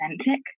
authentic